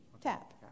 TAP